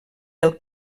del